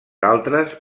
altres